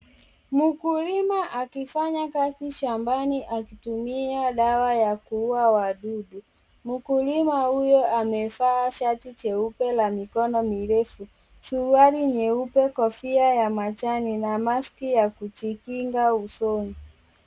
Mkulima akifanya kazi shambani akitumia dawa ya kuua wadudu. Mkulima huyo amevaa shati jeupe la mikono mirefu, suruali nyeupe, kofia ya majani na maski ya kujikinga usoni.